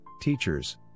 teachers